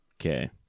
Okay